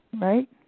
right